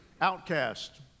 outcast